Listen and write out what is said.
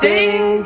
Ding